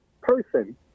person